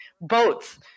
boats